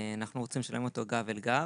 אנחנו רוצים לשלם אותו גב אל גב.